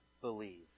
believe